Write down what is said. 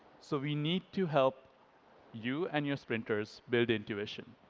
so we need to help you and your sprinters build intuition.